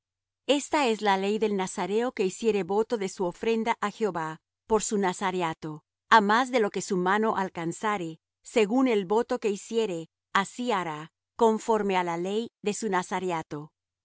esta es la ley del nazareo que hiciere voto de su ofrenda á jehová por su nazareato á más de lo que su mano alcanzare según el voto que hiciere así hará conforme á la ley de su nazareato